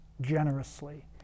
generously